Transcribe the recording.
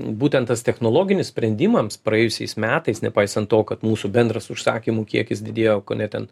būtent tas technologinis sprendimams praėjusiais metais nepaisant to kad mūsų bendras užsakymų kiekis didėjo kone ten